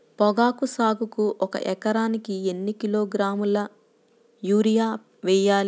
పొగాకు సాగుకు ఒక ఎకరానికి ఎన్ని కిలోగ్రాముల యూరియా వేయాలి?